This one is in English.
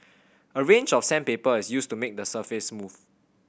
a range of sandpaper is used to make the surface smooth